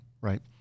right